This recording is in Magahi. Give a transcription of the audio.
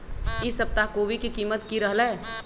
ई सप्ताह कोवी के कीमत की रहलै?